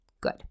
good